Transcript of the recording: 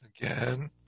Again